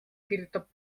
kirjutab